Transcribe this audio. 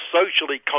socially